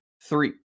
three